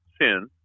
sin